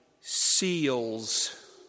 seals